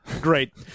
Great